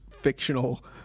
fictional